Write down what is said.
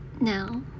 Now